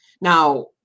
Now